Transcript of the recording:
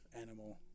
animal